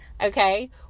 okay